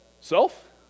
self